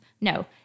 No